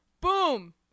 boom